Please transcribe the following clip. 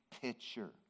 picture